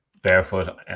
barefoot